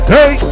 Hey